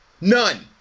none